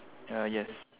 ya yes